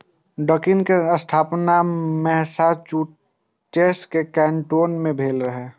Dunkin के स्थापना Massachusetts के कैन्टोन मे भेल रहै